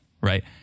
Right